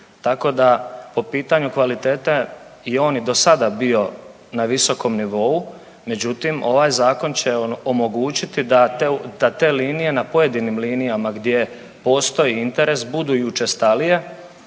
Tako da po pitanju kvalitete i on je do sada bio na visokom nivou, međutim ovaj zakon će omogućiti da te linije na pojedinim linijama gdje postoji interes budu i učestalije.